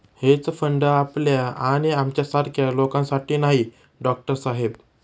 hedge fund आपल्या आणि आमच्यासारख्या लोकांसाठी नाही, डॉक्टर साहेब